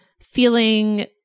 feeling